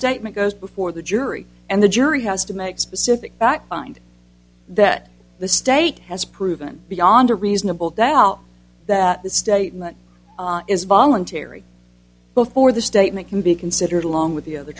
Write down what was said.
statement goes before the jury and the jury has to make specific find that the state has proven beyond a reasonable doubt that the statement is voluntary before the statement can be considered along with the other